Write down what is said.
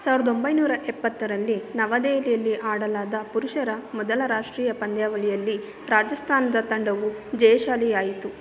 ಸಾವಿರದ ಒಂಬೈನೂರ ಎಪ್ಪತ್ತರಲ್ಲಿ ನವದೆಹಲಿಯಲ್ಲಿ ಆಡಲಾದ ಪುರುಷರ ಮೊದಲ ರಾಷ್ಟ್ರೀಯ ಪಂದ್ಯಾವಳಿಯಲ್ಲಿ ರಾಜಸ್ಥಾನದ ತಂಡವು ಜಯಶಾಲಿಯಾಯಿತು